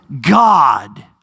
God